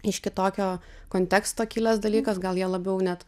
iš kitokio konteksto kilęs dalykas gal jie labiau net